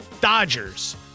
Dodgers